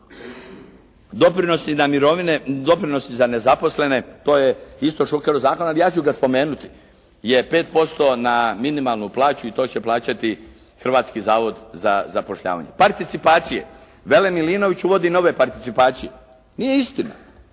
doprinosi za nezaposlene to je isto Šukerov zakon, ja ću ga spomenuti. Je 5% na minimalnu plaću i to će plaćati Hrvatski zavod za zapošljavanje. Participacije, vele Milinović uvodi nove participacije. Nije istina.